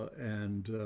and,